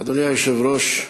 אדוני היושב-ראש,